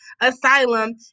Asylum